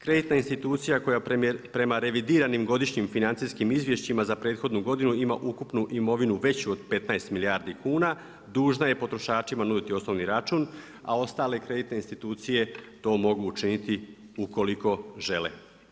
Kreditna institucija koja prema revidiranim godišnjim financijskim izvješćima za prethodnu godinu ima ukupnu imovinu veću od 15 milijardi kuna dužna je potrošačima nuditi osnovni račun, a ostale kreditne institucije to mogu učiniti ukoliko žele.